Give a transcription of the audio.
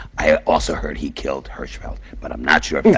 i also heard he killed hirschfeld, but i'm not sure yeah